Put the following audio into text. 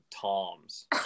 Toms